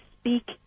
speak